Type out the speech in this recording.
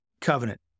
covenant